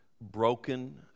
broken